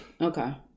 Okay